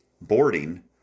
boarding